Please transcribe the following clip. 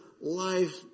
life